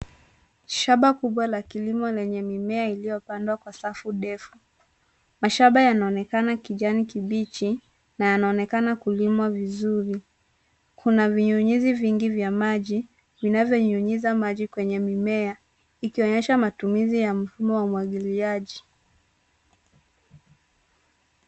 Shamba kubwa la kilimo lenye mimea iliyopandwa kwa safu ndefu. Mashamba yanaonekana kijani kibichi na yanaonekana kulimwa vizuri. Kuna vinyunyizi vingi vya maji vinavyonyunyiza maji kwenye mimea, ikionyesha matumizi ya mfumo wa umwagiliaji.